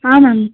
ಹಾಂ ಮ್ಯಾಮ್